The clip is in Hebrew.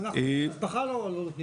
אני מקווה מאוד שלא.